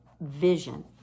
vision